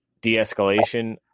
de-escalation